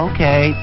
Okay